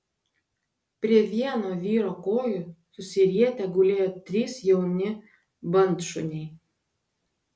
prie vieno vyro kojų susirietę gulėjo trys jauni bandšuniai